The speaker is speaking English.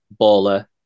baller